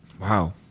Wow